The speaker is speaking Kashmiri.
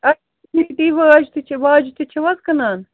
سِگنِٹی وٲج تہِ چھےٚ واجہِ تہِ چھُو حظ کٕنان